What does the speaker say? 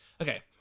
Okay